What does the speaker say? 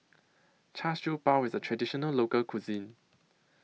Char Siew Bao IS A Traditional Local Cuisine